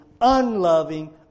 Unloving